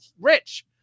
rich